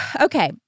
Okay